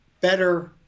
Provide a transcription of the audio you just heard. better